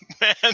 Man